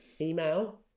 email